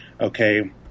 okay –